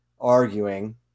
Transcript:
arguing